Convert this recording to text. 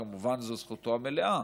כמובן זו זכותו המלאה.